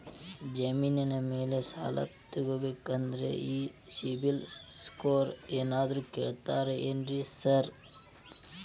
ಜಮೇನಿನ ಮ್ಯಾಲೆ ಸಾಲ ತಗಬೇಕಂದ್ರೆ ಈ ಸಿಬಿಲ್ ಸ್ಕೋರ್ ಏನಾದ್ರ ಕೇಳ್ತಾರ್ ಏನ್ರಿ ಸಾರ್?